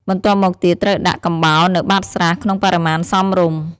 បន្ទាប់មកទៀតត្រូវដាក់កំបោរនៅបាតស្រះក្នុងបរិមាណសមរម្យ។